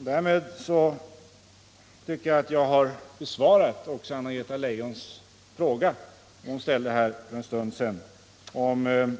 Med detta citat tycker jag att jag har besvarat också Anna-Greta Leijons fråga för en stund sedan, om